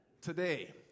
today